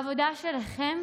העבודה שלכם